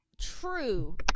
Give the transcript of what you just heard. true